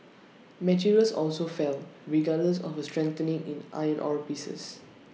materials also fell regardless of A strengthening in iron ore prices